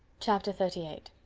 chapter thirty eight